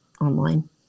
online